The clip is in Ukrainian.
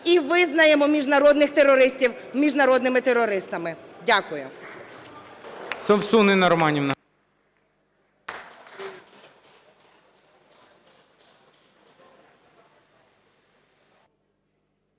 і визнаємо міжнародних терористів міжнародними терористами. Дякую.